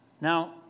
Now